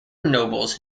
nobles